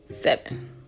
seven